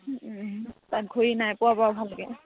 তাত ঘূৰি নাই পোৱা বাৰু ভালকৈ